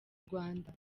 rwanda